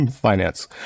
finance